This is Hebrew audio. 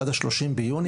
עד ה-30 ביוני,